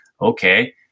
Okay